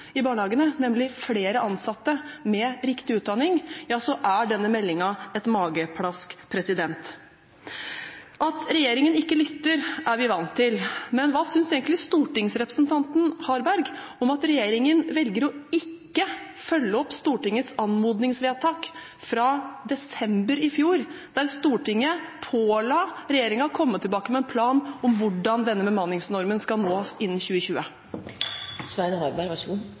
i barnehagene, nemlig flere ansatte med riktig utdanning, så er denne meldingen et mageplask. At regjeringen ikke lytter, er vi vant til, men hva synes egentlig stortingsrepresentanten Harberg om at regjeringen velger ikke å følge opp Stortingets anmodningsvedtak fra desember i fjor, der Stortinget påla regjeringen å komme tilbake med en plan for hvordan denne bemanningsnormen skal nås innen 2020? Stortingsrepresentanten Harberg